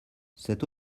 cette